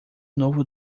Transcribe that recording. novo